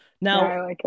Now